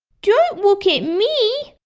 don't look at me!